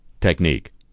technique